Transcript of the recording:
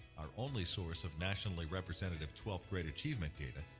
our only source of nationally representative twelfth grade achievement data,